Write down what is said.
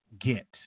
get